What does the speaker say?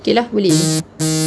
okay lah boleh